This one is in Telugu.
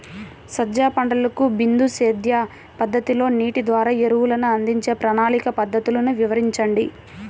సజ్జ పంటకు బిందు సేద్య పద్ధతిలో నీటి ద్వారా ఎరువులను అందించే ప్రణాళిక పద్ధతులు వివరించండి?